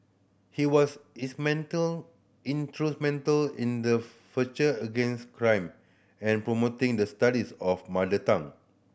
he was instrumental in the against crime and promoting the studies of mother tongue